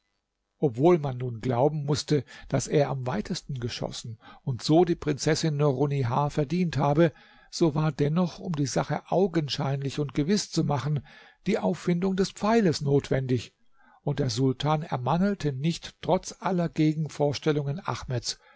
obwohl man nun glauben mußte daß er am weitesten geschossen und so die prinzessin nurunnihar verdient habe so war dennoch um die sache augenscheinlich und gewiß zu machen die auffindung des pfeiles notwendig und der sultan ermangelte nicht trotz aller gegenvorstellungen ahmeds